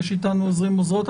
יש איתנו עוזרים ועוזרות.